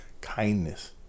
kindness